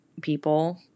people